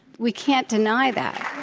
we can't deny that.